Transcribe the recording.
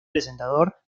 presentador